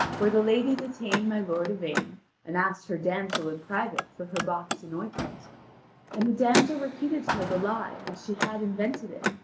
where the lady detained my lord yvain and asked her damsel in private for her box and ointment and the damsel repeated to her the lie as she had invented it,